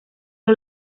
los